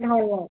হয় হয়